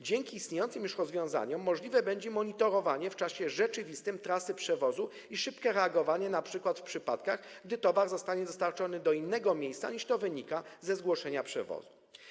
Dzięki istniejącym już rozwiązaniom możliwe będzie monitorowanie w czasie rzeczywistym trasy przewozu i szybkie reagowanie, np. w przypadkach gdy towar zostanie dostarczony do innego miejsca, niż to wynika ze zgłoszenia przewozu.